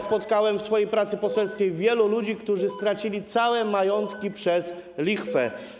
Spotkałem w swojej pracy poselskiej wielu ludzi, którzy stracili całe majątki przez lichwę.